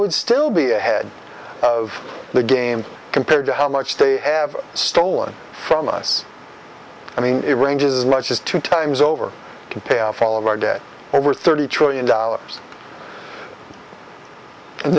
would still be ahead of the game compared to how much they have stolen from us i mean it ranges much as two times over can pay off all of our debt over thirty trillion dollars